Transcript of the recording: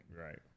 right